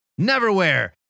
Neverwhere